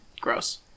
Gross